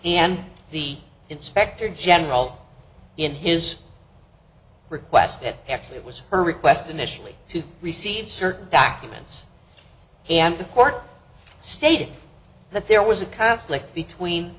and the inspector general in his request it actually it was her request initially to receive certain documents and the court stated that there was a conflict between